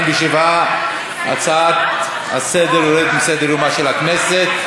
47. ההצעה לסדר-היום יורדת מסדר-יומה של הכנסת.